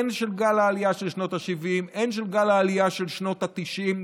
הן של גל העלייה של שנות השבעים והן של גל העלייה של שנות התשעים,